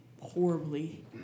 horribly